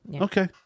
Okay